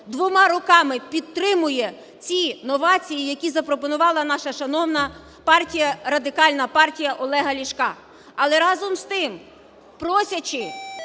двома руками підтримує ці новації, які запропонувала наша шановна партії, Радикальна партія Олега Ляшка. Але разом з тим, просячи